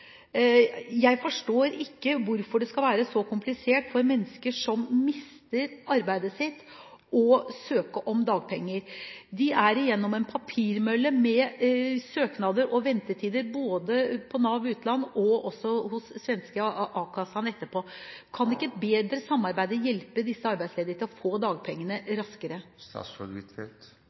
skal være så komplisert for mennesker som mister arbeidet sitt, å søke om dagpenger. De er igjennom en papirmølle med søknader og ventetider både hos Nav Utland og svenske «a-kassan» etterpå. Kan ikke et bedre samarbeid hjelpe disse arbeidsledige til å få disse dagpengene raskere?